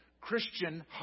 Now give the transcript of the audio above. Christian